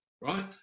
right